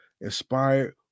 inspired